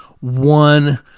one